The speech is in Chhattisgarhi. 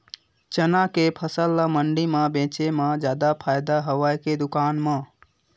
चना के फसल ल मंडी म बेचे म जादा फ़ायदा हवय के दुकान म?